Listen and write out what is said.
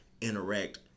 interact